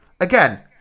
again